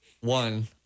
one